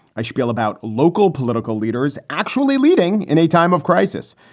i shpiel about local political leaders actually leading in a time of crisis.